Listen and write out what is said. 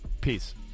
Peace